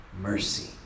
mercy